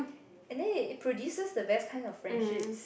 and then it produces the best kind of friendships